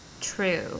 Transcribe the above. true